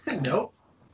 Nope